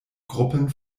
gruppen